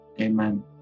Amen